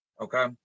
Okay